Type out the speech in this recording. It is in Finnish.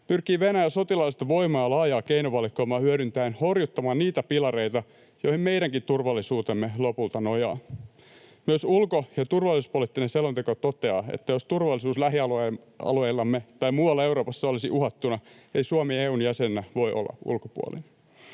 pyrkii Venäjä sotilaallista voimaa ja laajaa keinovalikoimaa hyödyntäen horjuttamaan niitä pilareita, joihin meidänkin turvallisuutemme lopulta nojaa. Myös ulko‑ ja turvallisuuspoliittinen selonteko toteaa, että jos turvallisuus lähialueillamme tai muualla Euroopassa olisi uhattuna, ei Suomi EU:n jäsenenä voi olla ulkopuolinen.